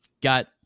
got